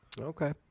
Okay